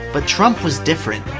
but trump was different.